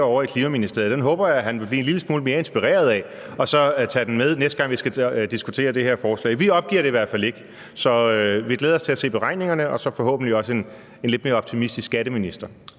ovre i Klimaministeriet, vil blive en lille smule mere inspireret af den, og så tage den med næste gang, vi skal diskutere det her forslag. Vi opgiver det i hvert fald ikke. Så vi glæder os til at se beregningerne og så forhåbentlig også en lidt mere optimistisk skatteminister.